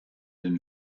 den